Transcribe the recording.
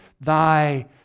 thy